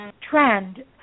trend